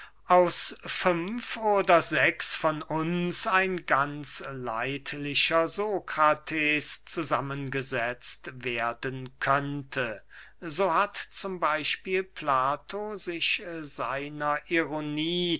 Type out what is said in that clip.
aus fünf oder sechs von uns ein ganz leidlicher sokrates zusammengesetzt werden könnte so hat z b plato sich seiner ironie